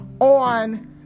on